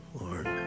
Lord